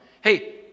hey